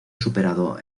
superado